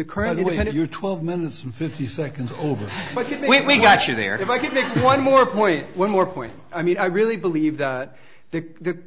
of your twelve minutes and fifty seconds over but if we got you there if i could make one more point one more point i mean i really believe that the the